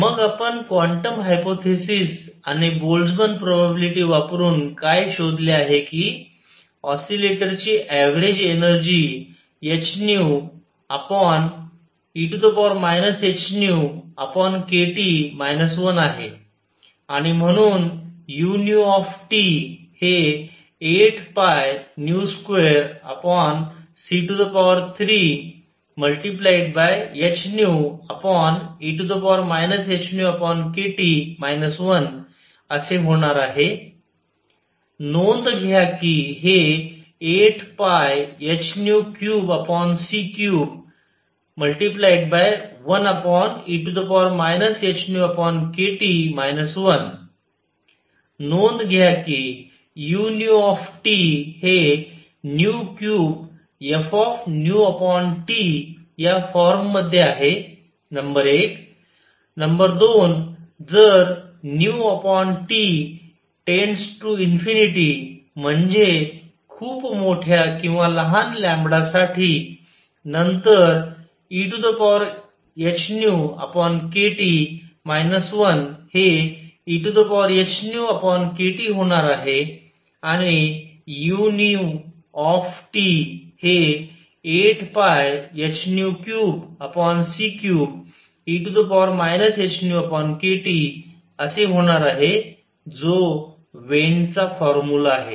मग आपण quantum hypothesis आणि बोल्टझमँन प्रोबॅबिलिटी वापरून काय शोधले आहे कि ऑस्सीलेटर ची ऍव्हरेज एनर्जी hν ehνkT 1 आहे आणि म्हणूनu हे 8π2c3hν ehνkT 1असे होणार आहे नोंद घ्या कि हे 8πh3c31 ehνkT 1नोंद घ्या कि u हे 3f या फॉर्म मध्ये आहे नंबर 1 नंबर 2 जर T→ ∞ म्हणजेच खूप मोठ्या किंवा लहान साठी नंतर ehνkT 1 हे ehνkTहोणार आहे आणिu हे 8πh3c3e hνkT असे होणार आहे जो वेन चा फॉर्मुला आहे